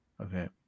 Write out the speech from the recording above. Okay